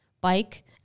bike